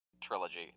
trilogy